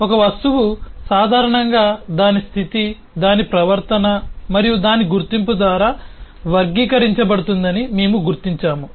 ఒక వస్తువు సాధారణంగా దాని స్థితి దాని ప్రవర్తన మరియు దాని గుర్తింపు ద్వారా వర్గీకరించబడుతుందని మేము గుర్తించాము